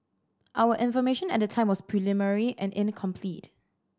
our information at the time was preliminary and incomplete